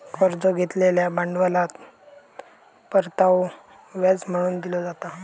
कर्ज घेतलेल्या भांडवलात परतावो व्याज म्हणून दिलो जाता